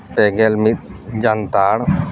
ᱯᱮ ᱜᱮᱞ ᱢᱤᱫ ᱡᱟᱱᱛᱷᱟᱲ